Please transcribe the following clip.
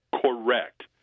correct